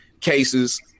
cases